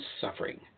suffering